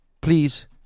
please